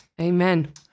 Amen